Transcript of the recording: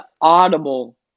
audible